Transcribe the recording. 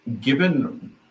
given